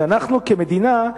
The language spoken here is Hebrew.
ואנחנו כמדינה,